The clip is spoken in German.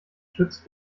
schützt